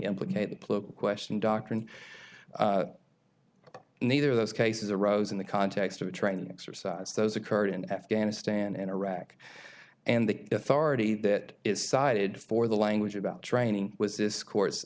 implicate political question doctrine neither of those cases arose in the context of a training exercise those occurred in afghanistan and iraq and the authority that is sided for the language about training was this course